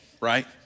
right